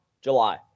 July